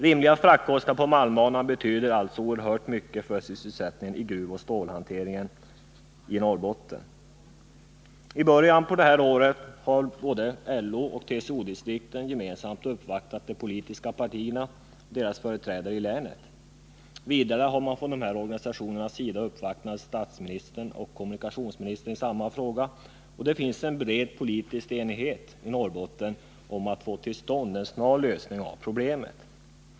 Rimliga fraktkostnader på malmbanan betyder alltså oerhört mycket för sysselsättningen i Norrbottens gruvoch stålhantering. I början på detta år har LO och TCO-distrikten gemensamt uppvaktat de politiska partiernas företrädare i länet. Vidare har dessa organisationer uppvaktat statsministern och kommunikationsministern i samma fråga. Det finns i Norrbotten en bred politisk enighet när det gäller att få till stånd en snar lösning av problemet.